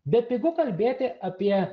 bepigu kalbėti apie